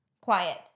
Quiet